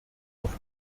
auf